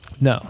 No